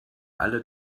alle